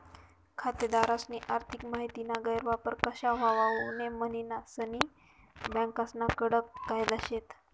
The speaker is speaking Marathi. खातेदारस्नी आर्थिक माहितीना गैरवापर कशा व्हवावू नै म्हनीन सनी बँकास्ना कडक कायदा शेत